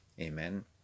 amen